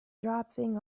dropping